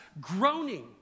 groaning